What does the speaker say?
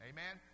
Amen